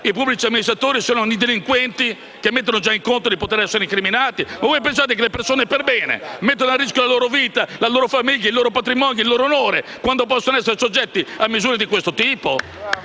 i pubblici amministratori se non i delinquenti che mettono già in conto di essere incriminati? Pensate che le persone perbene metteranno a rischio la loro vita, la loro famiglia, il loro patrimonio, il loro onore quando possono essere soggetti a misure di questo tipo?